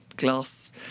Glass